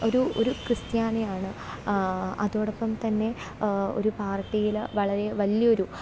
ഒരു ഒരു ക്രിസ്ത്യാനിയാണ് അതോടൊപ്പം തന്നെ ഒരു പാർട്ടിയിൽ വളരെ വലിയൊരു